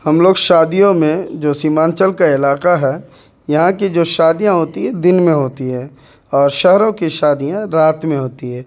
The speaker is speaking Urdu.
ہم لوگ شادیوں میں جو سیمانچل کا علاقہ ہے یہاں کی جو شادیاں ہوتی ہے دن میں ہوتی ہے اور شہروں کی شادیاں رات میں ہوتی ہے